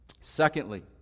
Secondly